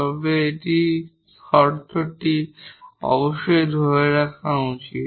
তবে এই শর্তটি অবশ্যই ধরে রাখা উচিত